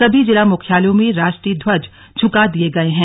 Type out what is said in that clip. सभी जिला मुख्यालयों में राष्ट्रीय ध्वज झुका दिया गया है